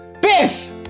Biff